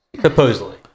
Supposedly